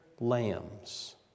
lambs